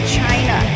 China